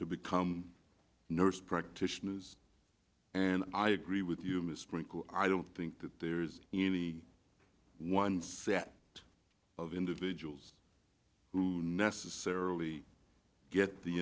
to become nurse practitioners and i agree with you misprint i don't think that there is any one set of individuals who necessarily get the